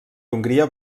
hongria